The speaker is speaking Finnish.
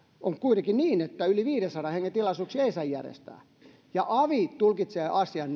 on kuitenkin niin että yli viidensadan hengen tilaisuuksia ei saa järjestää avit tulkitsevat asian